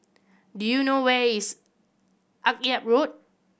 do you know where is Akyab Road